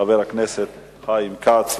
חבר הכנסת חיים כץ.